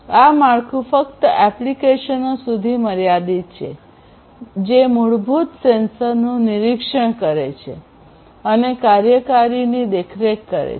આ માળખું ફક્ત એપ્લિકેશનો સુધી મર્યાદિત છે જે મૂળભૂત સેન્સરનું નિરીક્ષણ કરે છે અને કાર્યકારીની દેખરેખ રાખે છે